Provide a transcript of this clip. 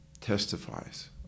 testifies